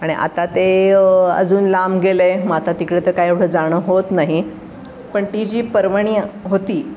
आणि आता ते अजून लांब गेलं आहे मग आता तिकडे तर काय एवढं जाणं होत नाही पण ती जी पर्वणी होती